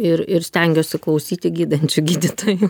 ir ir stengiuosi klausyti gydančių gydytojų